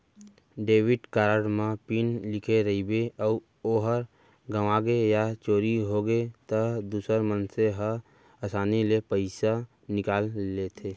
debit card म PIN लिखे रइबे अउ ओहर गँवागे या चोरी होगे त दूसर मनसे हर आसानी ले पइसा निकाल लेथें